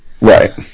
Right